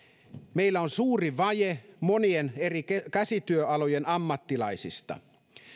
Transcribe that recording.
meillä on suuri vaje monien eri käsityöalojen ammattilaisista